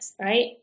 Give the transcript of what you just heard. right